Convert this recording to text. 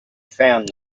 found